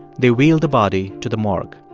they wheeled the body to the morgue.